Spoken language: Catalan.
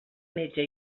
metge